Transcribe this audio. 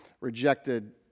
rejected